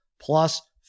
plus